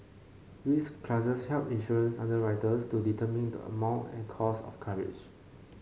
risk classes help insurance underwriters to determine the amount and cost of coverage